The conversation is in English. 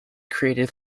created